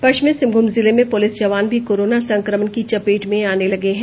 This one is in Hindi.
पश्चिमी सिंहभूम जिले में पुलिस जवान भी कोरोना संक्रमण की चपेट में आने लगे हैं